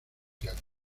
crucial